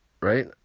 Right